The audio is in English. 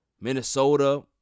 Minnesota